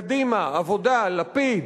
קדימה, העבודה, לפיד,